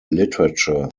literature